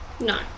No